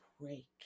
break